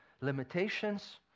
limitations